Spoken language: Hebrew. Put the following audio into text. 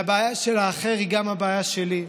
והבעיה של האחר היא גם הבעיה שלי.